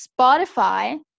spotify